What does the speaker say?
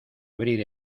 abrir